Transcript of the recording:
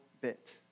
bit